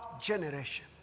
generation